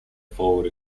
forward